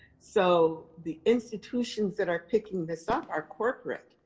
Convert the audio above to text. so the institutions that are picking this up are corporate.